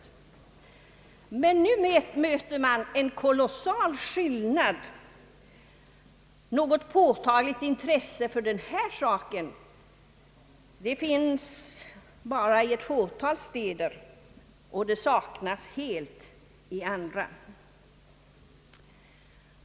Men nu möter man en kolossal skillnad — något påtagligt intresse för denna sak finns bara i ett fåtal städer och saknas helt i andra.